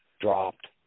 dropped